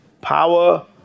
power